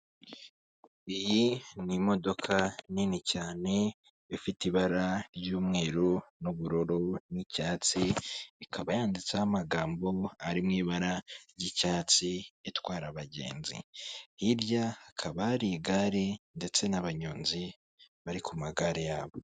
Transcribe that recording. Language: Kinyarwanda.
Iyi ni imodoka nini cyane ifite ibara ry'umweru n'ubururu n'icyatsi, ikaba yanditseho amagambo ari mu ibara ry'icyatsi itwara abagenzi. Hirya hakaba hari igare ndetse n'abanyonzi bari ku magare yabo.